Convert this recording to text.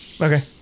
Okay